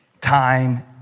time